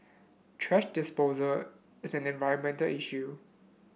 thrash disposal is an environmental issue